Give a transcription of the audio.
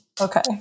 Okay